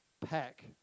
pack